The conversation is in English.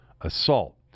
assault